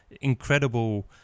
incredible